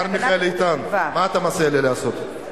השר מיכאל איתן, מה אתה מציע לי לעשות?